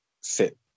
sit